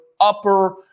upper